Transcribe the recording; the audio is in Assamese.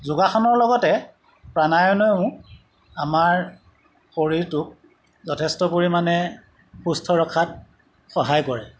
যোগাসনৰ লগতে প্ৰাণায়মেও আমাৰ শৰীৰটোক যথেষ্ট পৰিমাণে সুস্থ ৰখাত সহায় কৰে